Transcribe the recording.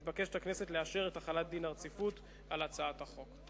מתבקשת הכנסת לאשר את החלת דין הרציפות על הצעת החוק.